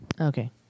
Okay